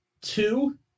two